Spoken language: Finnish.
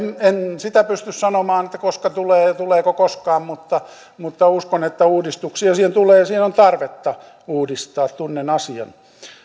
en sitä pysty sanomaan että koska tulee ja tuleeko koskaan mutta mutta uskon että uudistuksia siihen tulee ja sitä on tarvetta uudistaa tunnen asian